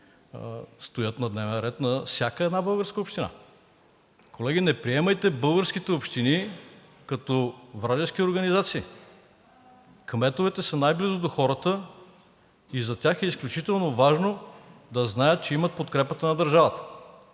стоят на дневен ред на всяка една българска община. Колеги, не приемайте българските общини като вражески организации. Кметовете са най-близо до хората и за тях е изключително важно да знаят, че имат подкрепата на държавата.